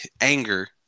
anger